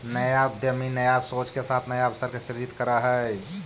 नया उद्यमी नया सोच के साथ नया अवसर के सृजित करऽ हई